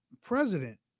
president